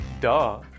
Duh